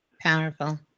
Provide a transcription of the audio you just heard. Powerful